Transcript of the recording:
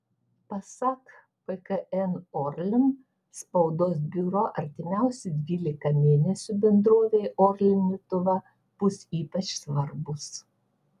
pasak pkn orlen spaudos biuro artimiausi dvylika mėnesių bendrovei orlen lietuva bus ypač svarbūs